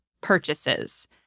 purchases